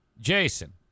Jason